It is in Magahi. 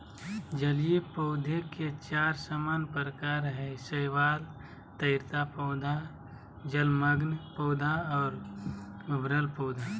जलीय पौधे के चार सामान्य प्रकार हइ शैवाल, तैरता पौधा, जलमग्न पौधा और उभरल पौधा